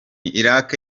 iraq